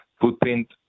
footprint